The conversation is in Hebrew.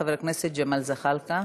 חבר הכנסת ג'מאל זחאלקה.